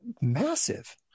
massive